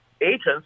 agents